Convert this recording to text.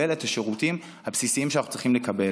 את השירותים הבסיסיים שאנחנו צריכים לקבל.